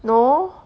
no